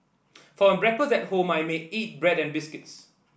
for my breakfast at home I may eat bread or biscuits